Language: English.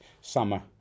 summer